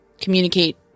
communicate